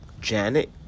Janet